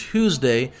Tuesday